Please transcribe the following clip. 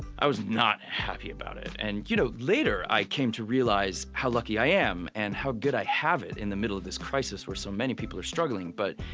i was not happy about it and, you know, later i came to realize how lucky i am. and how good i have it in the middle of this crisis where so many people are struggling. but,